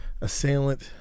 assailant